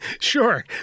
Sure